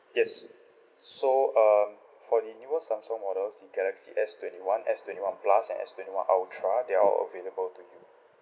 yes so uh for the newest samsung models the galaxy S twenty one S twenty one plus and S twenty one ultra they're all available to you